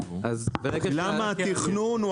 למה התכנון הוא